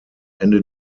ende